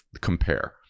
compare